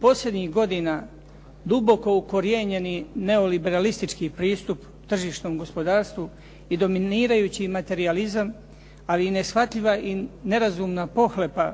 Posljednjih godina duboko ukorijenjeni neo-liberalistički pristup tržišnom gospodarstvu i dominirajući materijalizam, ali i neshvatljiva i nerazumna pohlepa